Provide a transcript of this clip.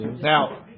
now